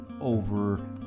over